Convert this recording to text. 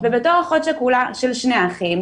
ובתור אחות שכולה של שני אחים,